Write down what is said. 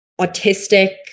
autistic